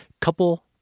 Couple